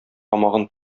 тамагын